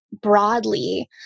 broadly